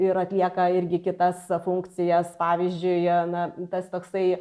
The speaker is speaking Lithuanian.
ir atlieka irgi kitas funkcijas pavyzdžiui a na tas toksai